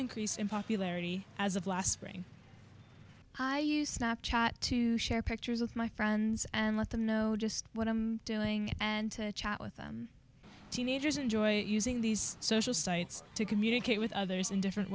increased in popularity as of last spring i chat to share pictures with my friends and let them know just what i'm doing and to chat with them teenagers enjoy using these social sites to communicate with others in different